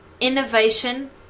Innovation